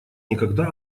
никогда